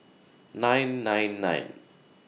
nine nine nine